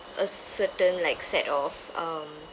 a certain like set of um